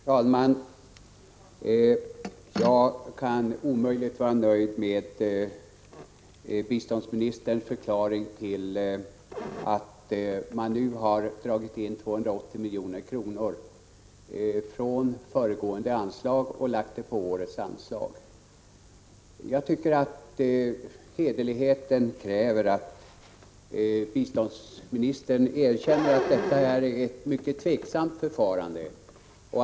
Fru talman! Jag kan omöjligt vara nöjd med biståndsministerns förklaring till att man nu har dragit in 280 milj.kr. från föregående års anslag och lagt det på årets. Jag tycker att hederligheten kräver att biståndsministern erkänner att detta är ett mycket tveksamt förfarande.